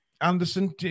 Anderson